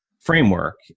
framework